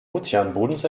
ozeanbodens